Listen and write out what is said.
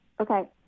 Okay